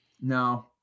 No